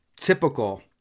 typical